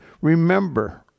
remember